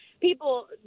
people